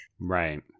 Right